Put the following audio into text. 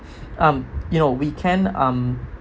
um you know we can um